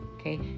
okay